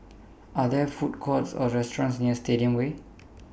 Are There Food Courts Or restaurants near Stadium Way